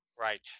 Right